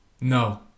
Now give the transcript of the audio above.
No